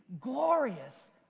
glorious